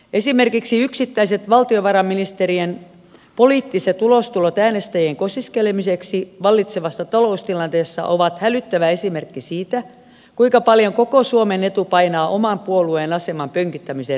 esimerkiksi yksittäiset valtiovarainministerien poliittiset ulostulot äänestäjien kosiskelemiseksi vallitsevassa taloustilanteessa ovat hälyttävä esimerkki siitä kuinka paljon koko suomen etu painaa oman puolueen aseman pönkittämisen rinnalla